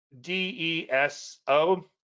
DESO